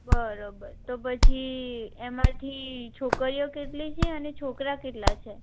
બરાબર તો પછી એમાંથી છોકરીઓ કેટલી છે અને છોકરા કેટલા છે